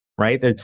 right